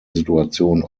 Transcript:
situation